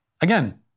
Again